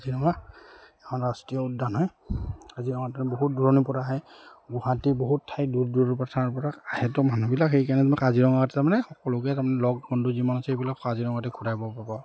কাজিৰঙা এখন ৰাষ্ট্ৰীয় উদ্যান হয় কাজিৰঙাত বহুত দূৰণিৰ পৰা আহে গুৱাহাটীৰ বহুত ঠাই দূৰ দূৰ ঠাইৰ পৰা আহেতো মানুহবিলাক সেইকাৰণে মই কাজিৰঙাতে তাৰমানে সকলোকে মানে লগ বন্ধু যিমান আছে সেইবিলাক কাজিৰঙাতে ঘূৰাব পাৰা